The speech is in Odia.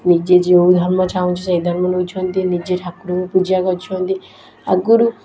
ନିଜେ ଯେଉଁ ଧର୍ମ ଚାହୁଁଛନ୍ତି ସେଇଧର୍ମ ନେଉଛନ୍ତି ନିଜେ ଠାକୁରଙ୍କୁ ପୂଜା କରୁଛନ୍ତି ଆଗୁରୁ